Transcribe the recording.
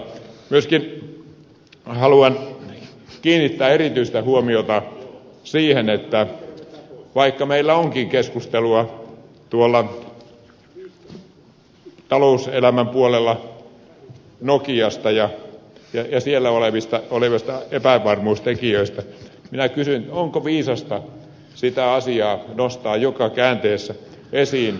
myöskin haluan kiinnittää erityistä huomiota siihen että vaikka meillä onkin keskustelua tuolla talouselämän puolella nokiasta ja siellä olevista epävarmuustekijöistä minä kysyn onko viisasta sitä asiaa nostaa joka käänteessä esiin